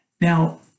Now